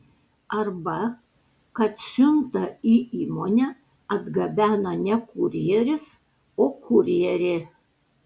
arba kad siuntą į įmonę atgabena ne kurjeris o kurjerė